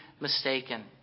mistaken